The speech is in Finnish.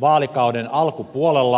vaalikauden alkupuolella